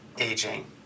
Aging